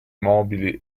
mobili